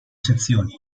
sezioni